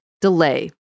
delay